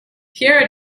pierre